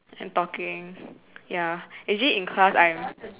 I'm talking ya actually in class I'm